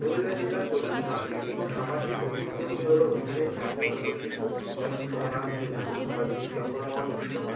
পুরুলিয়া জেলার প্রধান সাংস্কৃতিক ও সামাজিক ঐতিহ্যগুলি হলো এখানে স্থানীয় লোকশিল্প যেমন ছৌ নাচ টুসু ভাদু জঙ্গলমহল উৎসব